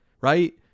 right